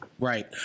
Right